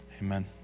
amen